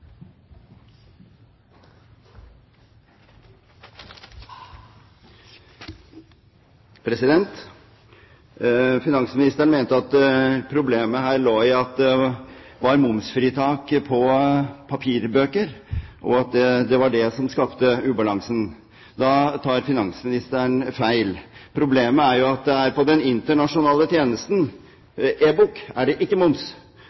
at det var momsfritak på papirbøker, og at det var det som skapte ubalansen. Da tar finansministeren feil. Problemet er jo at på den internasjonale tjenesten, eBook, er det ikke moms,